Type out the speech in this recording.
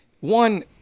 One